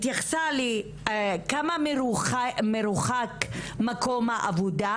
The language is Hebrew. התייחסה לכמה מרוחק מקום העבודה,